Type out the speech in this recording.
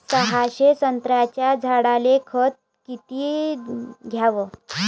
सहाशे संत्र्याच्या झाडायले खत किती घ्याव?